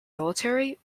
military